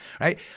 right